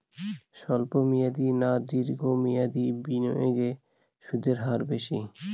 স্বল্প মেয়াদী না দীর্ঘ মেয়াদী বিনিয়োগে সুদের হার বেশী?